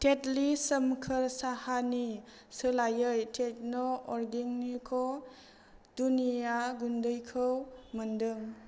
थेतलि सोमखोर साहानि सोलायै टार्न अर्गेंनिक दुनिया गुन्दैखौ मोन्दों